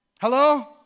Hello